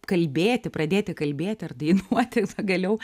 kalbėti pradėti kalbėti ar dainuoti pagaliau